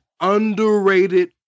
underrated